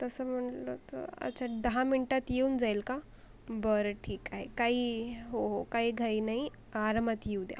तसं म्हटलं तर अच्छा दहा मिनिटात येऊन जाईल का बरं ठीक आहे काही हो हो काही घाई नाही आरामात येऊ द्या